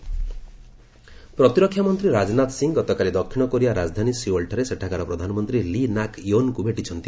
Rajnath South Korea ପ୍ରତିରକ୍ଷା ମନ୍ତ୍ରୀ ରାଜନାଥ ସିଂ ଗତକାଲି ଦକ୍ଷିଣ କୋରିଆ ରାଜଧାନୀ ସିଓଲଠାରେ ସେଠାକାର ପ୍ରଧାନମନ୍ତ୍ରୀ ଲି ନାକ୍ ୟୋନଙ୍କୁ ଭେଟିଛନ୍ତି